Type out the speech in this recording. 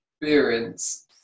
experience